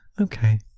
Okay